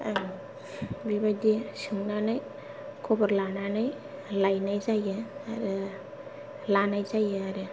आं बेबायदि सोंनानै खबर लानानै लायनाय जायो आरो लानाय जायो आरो